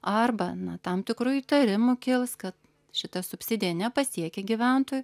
arba na tam tikrų įtarimų kils kad šita subsidija nepasiekia gyventojų